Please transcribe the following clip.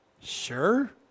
sure